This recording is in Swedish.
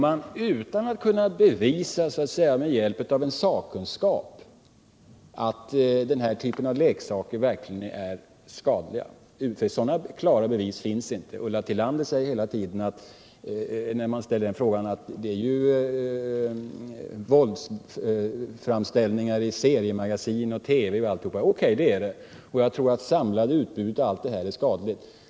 Man gör detta utan att med hjälp av en sakkunskap kunna bevisa att den här typen av leksaker verkligen är skadlig. Sådana klara bevis finns inte. Ulla Tillander säger hela tiden, när man frågar om detta, att det är våldsframställningar i seriemagasin, TV osv. O.K. det är det, och jag tror att det samlade utbudet är skadligt.